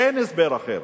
אין הסבר אחר.